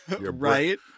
right